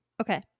Okay